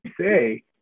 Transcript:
say